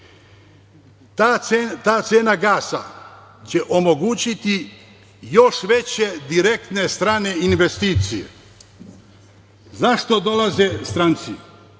Ta cena gasa će omogućiti još veće strane investicije. Zašto dolaze stranci?